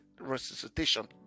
resuscitation